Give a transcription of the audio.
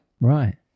right